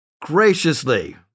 graciously